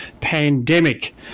pandemic